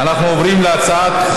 חבריי חברי הכנסת,